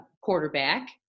quarterback